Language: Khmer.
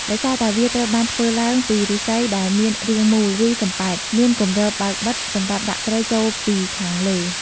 ដោយសារតែ វាត្រូវបានធ្វើឡើងពីឫស្សីដែលមានរាងមូល ឬសំប៉ែត មានគម្រប់បើកបិទ សម្រាប់ដាក់ត្រីចូលពីខាងលើ។